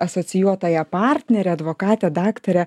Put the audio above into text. asocijuotąją partnerę advokatę daktarę